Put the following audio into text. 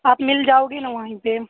आप मिल जाओगे ना वहीं पर